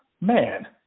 man